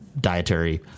dietary